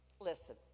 listen